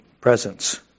presence